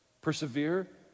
persevere